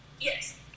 Yes